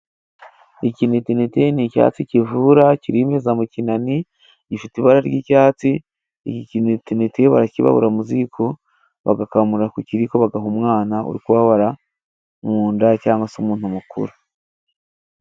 Ikinetenete ni icyatsi kivura kirimeza mu kinani, gifite ibara ry'icyatsi, iki kinetenete barakibabura mu ziko, bagakamura ku kiriko bagaha umwana uri kubabara mu nda cyangwa se umuntu mukuru.